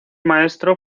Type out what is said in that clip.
maestro